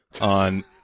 on